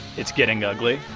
it's getting ugly?